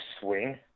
swing